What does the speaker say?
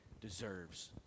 deserves